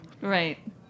Right